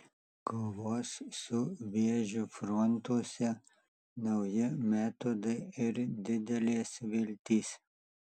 kovos su vėžiu frontuose nauji metodai ir didelės viltys